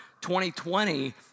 2020